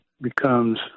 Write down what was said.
becomes